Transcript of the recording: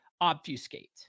obfuscate